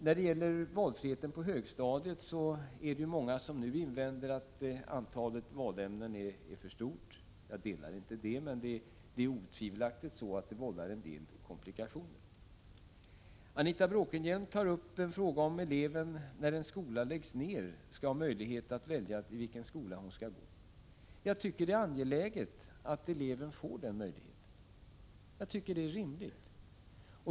När det gäller valfriheten på högstadiet är det många som i dag invänder att antalet valämnen är för stort. Jag delar inte den uppfattningen, men det blir otvivelaktigt en del komplikationer. Anita Bråkenhielm tar upp frågan om eleven, när en skola läggs ned, skall ha möjlighet att välja skola att gå i. Jag tycker det är angeläget att eleven får den möjligheten — det är rimligt.